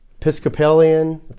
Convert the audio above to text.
Episcopalian